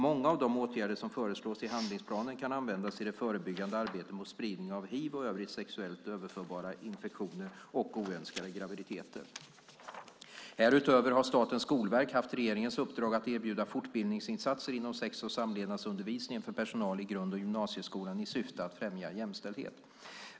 Många av de åtgärder som föreslås i handlingsplanen kan användas i det förebyggande arbetet mot spridningen av hiv och övriga sexuellt överförbara infektioner samt oönskade graviditeter. Härutöver har Statens skolverk haft regeringens uppdrag att erbjuda fortbildningsinsatser om sex och samlevnadsundervisningen för personal i grund och gymnasieskolan i syfte att främja jämställdhet.